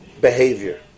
behavior